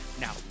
Now